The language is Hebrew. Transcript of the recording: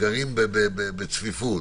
בגדול,